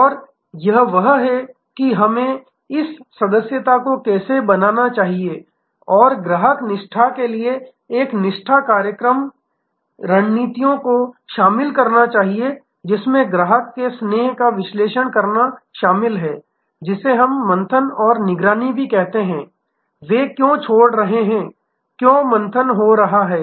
और वह यह है कि हमें इस सदस्यता को कैसे बनाना चाहिए और ग्राहक निष्ठा के लिए एक निष्ठा आधारित कार्यक्रम रणनीतियों को शामिल करना चाहिए जिसमें ग्राहक के स्नेह का विश्लेषण करना शामिल है जिसे हम मंथन और निगरानी भी कहते हैं वे क्यों छोड़ रहे हैं क्यों मंथन हो रहा है